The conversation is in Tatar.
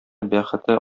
бәхете